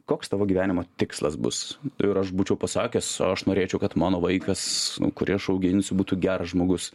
koks tavo gyvenimo tikslas bus ir aš būčiau pasakęs o aš norėčiau kad mano vaikas kurį aš auginsiu būtų geras žmogus